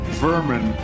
vermin